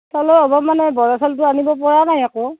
হ'ব মানে বৰাচাউলটো আনিব পৰা নাই আকৌ